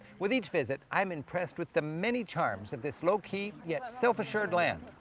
with each visit, i'm impressed with the many charms of this low-key yet self-assured land.